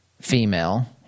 female